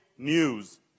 news